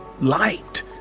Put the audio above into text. light